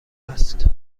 است